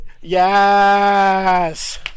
yes